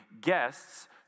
guests